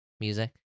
music